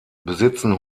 besitzen